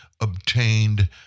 obtained